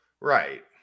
Right